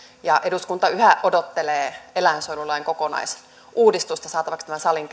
ja eduskunta yhä odottelee eläinsuojelulain kokonaisuudistusta saatavaksi tämän salin